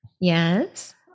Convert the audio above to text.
yes